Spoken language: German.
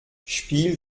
spiel